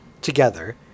together